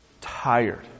tired